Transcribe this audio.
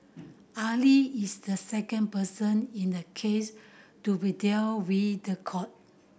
Ali is the second person in the case to be dealt with the court